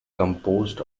composed